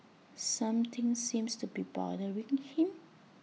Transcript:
something seems to be bothering him